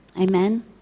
Amen